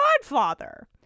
godfather